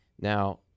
now